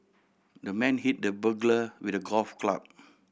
the man hit the burglar with a golf club